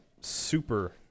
super